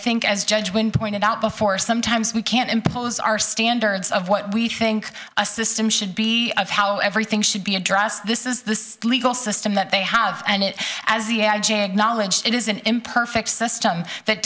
think as judge wind pointed out before sometimes we can't impose our standards of what we think a system should be of how everything should be addressed this is the legal system that they have and it has the knowledge it is an imperfect system that